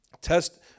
test